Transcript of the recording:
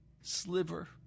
sliver